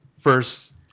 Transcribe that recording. first